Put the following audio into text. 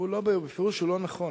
הוא בפירוש לא נכון.